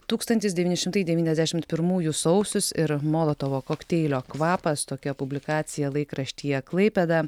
tūkstantis devyni šimtai devyniasdešimt pirmųjų sausius ir molotovo kokteilio kvapas tokia publikacija laikraštyje klaipėda